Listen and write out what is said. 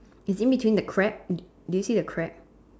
is in between the crab do do you see the crab